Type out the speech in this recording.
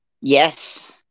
Yes